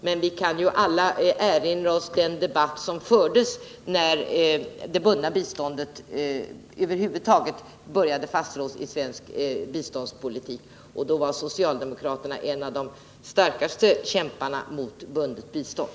Men vi kan ju alla erinra oss den 59 debatt som fördes när det bundna biståndet över huvud taget började fastslås i svensk biståndspolitik. Då var socialdemokraterna en av de starkaste kämparna mot bundet bistånd.